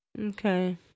okay